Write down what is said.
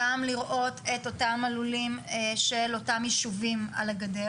גם לראות את אותם הלולים של אותם יישובים על הגדר.